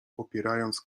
popierając